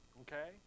okay